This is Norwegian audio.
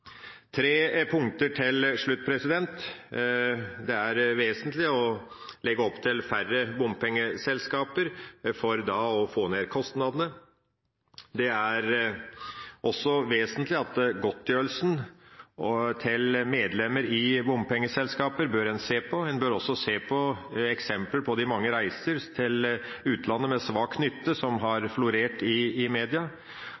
tre punkter. Det er vesentlig å legge opp til færre bompengeselskaper for å få ned kostnadene. Det er også vesentlig at en bør se på godtgjørelsen til medlemmer i bompengeselskaper, og en bør også se på de mange eksemplene på reiser til utlandet med svak nytte, som